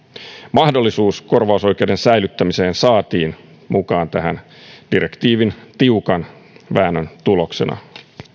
mahdollisuus korvausoikeuden säilyttämiseen saatiin mukaan tähän direktiiviin tiukan väännön tuloksena